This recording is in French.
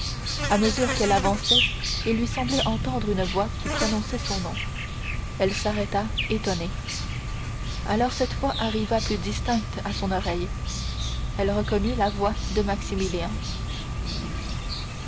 à mesure qu'elle avançait il lui semblait entendre une voix qui prononçait son nom elle s'arrêta étonnée alors cette voix arriva plus distincte à son oreille et elle reconnut la voix de maximilien